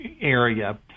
area